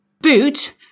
Boot